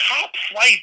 top-flight